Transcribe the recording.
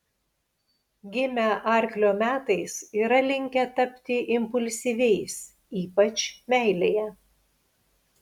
gimę arklio metais yra linkę tapti impulsyviais ypač meilėje